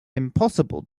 impossible